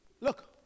Look